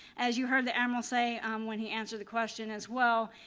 as you heard the admiral say when he answered the question as well,